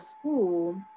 school